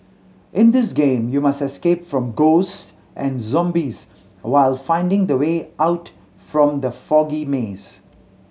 in this game you must escape from ghosts and zombies while finding the way out from the foggy maze